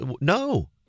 no